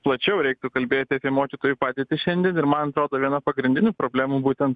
plačiau reiktų kalbėti apie mokytojų padėtį šiandien ir man atrodo viena pagrindinių problemų būtent